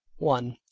one.